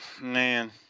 man